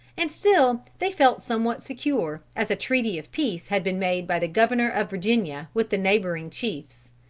and still they felt somewhat secure, as a treaty of peace had been made by the governor of virginia with the neighboring chiefs.